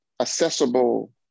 accessible